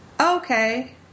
Okay